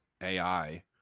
AI